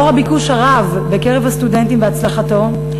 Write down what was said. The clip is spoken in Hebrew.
לאור הביקוש הרב בקרב הסטודנטים והצלחת הכפר,